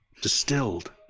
distilled